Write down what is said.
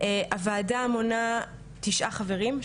הוועדה מונה תשעה חברים,